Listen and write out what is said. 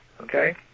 Okay